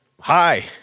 hi